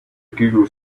google